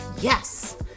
Yes